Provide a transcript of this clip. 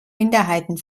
minderheiten